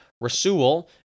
Rasul